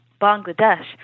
Bangladesh